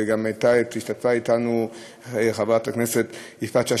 השתתפה אתנו בדיון גם חברת הכנסת יפעת שאשא